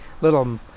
little